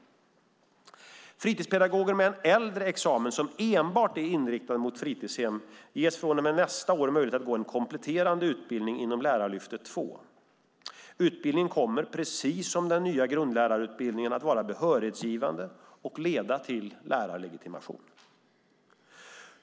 Fritidspedagoger med en äldre examen som är inriktad enbart mot fritidshem ges från och med nästa år möjlighet att gå en kompletterande utbildning inom Lärarlyftet II. Utbildningen kommer - precis som den nya grundlärarutbildningen - att vara behörighetsgivande och leda till lärarlegitimation.